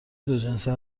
دوجنسه